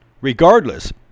Regardless